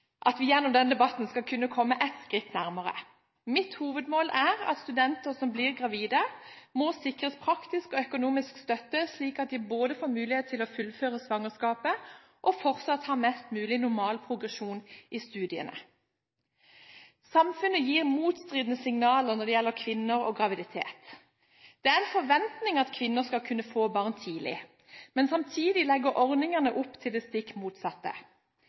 skal kunne komme ett skritt nærmere. Mitt hovedmål er at studenter som blir gravide, må sikres praktisk og økonomisk støtte slik at de både får mulighet til å fullføre svangerskapet og ha en mest mulig normal progresjon i studiene. Samfunnet gir motstridende signaler når det gjelder kvinner og graviditet. Det er en forventning om at kvinner skal kunne få barn tidlig, men samtidig legger ordningene opp til det stikk motsatte.